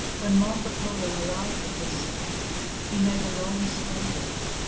when marco polo arrived at this city he made a long stay there,